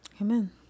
Amen